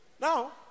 Now